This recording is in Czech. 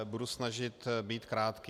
Budu se snažit být krátký.